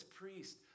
priest